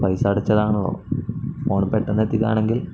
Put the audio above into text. പൈസ അടച്ചതാണല്ലോ ഫോൺ പെട്ടെന്ന് എത്തിക്കണമെങ്കിൽ